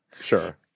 Sure